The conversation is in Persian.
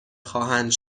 خواهند